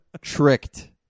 Tricked